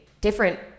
different